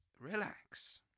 relax